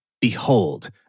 Behold